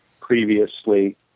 previously